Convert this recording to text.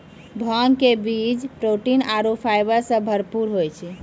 भांग के बीज प्रोटीन आरो फाइबर सॅ भरपूर होय छै